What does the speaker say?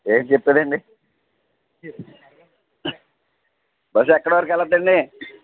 ఏది చెప్పేదండి బస్సు ఎక్కడివరకు వెళుతుంది అండి